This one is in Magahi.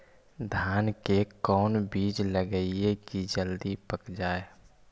धान के कोन बिज लगईयै कि जल्दी पक जाए?